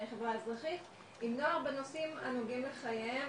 חברה אזרחית עם נוער בנושאים הנוגעים לחייהם,